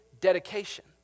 dedication